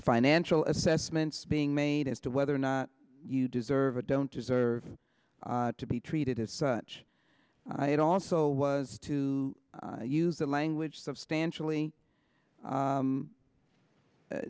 financial assessments being made as to whether or not you deserve it don't deserve to be treated as such it also was to use that language substantially